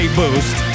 boost